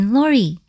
Lori